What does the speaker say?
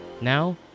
Now